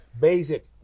Basic